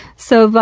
so, um,